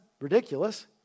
ridiculous